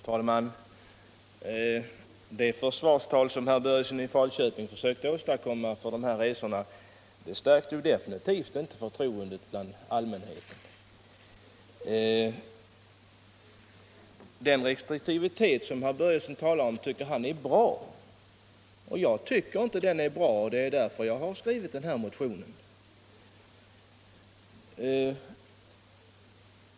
Herr talman! Det försvarstal som herr Börjesson i Falköping försökte åstadkomma för utskottsresorna stärkte absolut inte förtroendet bland allmänheten. Restriktiviteten tycker herr Börjesson är tillräcklig, men det tycker inte jag, och det är därför jag har skrivit motionen.